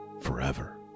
forever